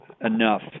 enough